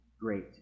great